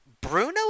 Bruno